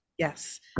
Yes